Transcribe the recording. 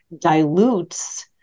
dilutes